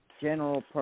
general –